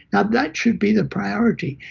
now, that should be the priority,